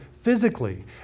physically